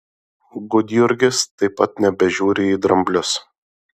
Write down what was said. gudjurgis taip pat nebežiūri į dramblius